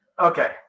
Okay